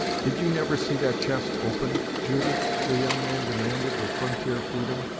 did you never see that chest opened, judith? the young man demanded with frontier freedom,